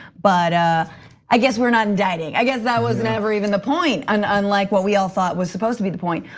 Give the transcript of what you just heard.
but ah i guess we're not inditing, i guess that was never even the point and unlike what we all thought was suppose to be the point.